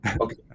okay